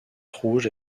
rouge